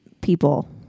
people